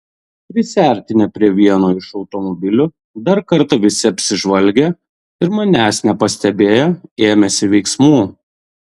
prisiartinę prie vieno iš automobilių dar kartą visi apsižvalgė ir manęs nepastebėję ėmėsi veiksmų